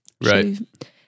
Right